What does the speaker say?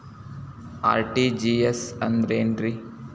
RTGS ಅಂದ್ರ ಏನ್ರಿ?